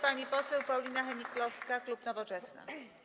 Pani poseł Paulina Hennig-Kloska, klub Nowoczesna.